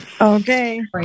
Okay